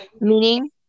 Meaning